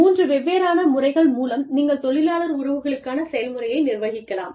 மூன்று வெவ்வேறான முறைகள் மூலம் நீங்கள் தொழிலாளர் உறவுகளுக்கான செயல்முறையை நிர்வகிக்கலாம்